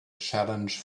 challenge